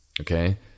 okay